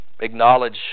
acknowledge